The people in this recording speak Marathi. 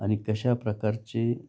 आणि कशा प्रकारचे